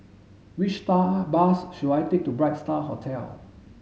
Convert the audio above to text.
which bus should I take to Bright Star Hotel